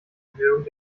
erhöhung